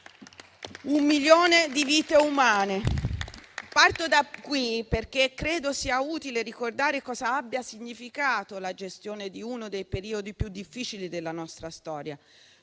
in Europa. Parto da qui, perché credo sia utile ricordare cosa abbia significato la gestione di uno dei periodi più difficili della nostra storia: